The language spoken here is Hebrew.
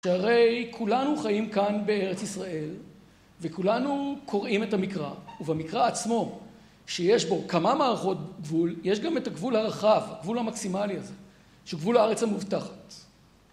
שהרי כולנו חיים כאן, בארץ ישראל, וכולנו קוראים את המקרא, ובמקרא עצמו, שיש בו כמה מערכות גבול, יש גם את הגבול הרחב, הגבול המקסימלי הזה, שהוא גבול הארץ המובטחת.